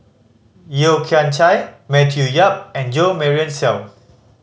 Yeo Kian Chai Matthew Yap and Jo Marion Seow